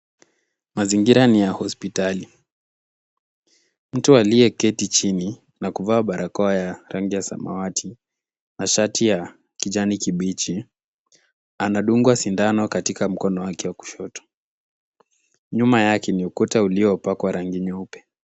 Mazingira ni ya hospitali. Mtu aliyeketi chini na kuvaa barakoa ya rangi ya samawati na shati ya kijani kibichi, anadungwa sindano katika mkono wake wa kushoto. Nyuma yake ni ukuta uliopakwa rangi nyeupe.